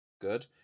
Good